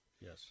Yes